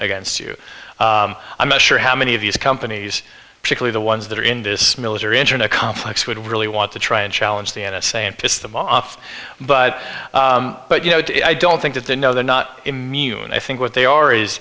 against you i'm not sure how many of these companies particularly the ones that are in this military internet complex would really want to try and challenge the n s a and piss them off but but you know i don't think that they know they're not immune i think what they are is